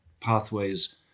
pathways